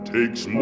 Takes